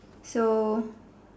so